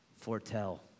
foretell